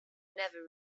never